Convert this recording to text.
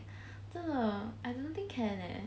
真的 I don't think can leh